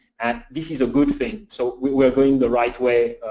and this is a good thing. so we were going the right way,